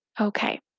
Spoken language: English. Okay